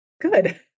good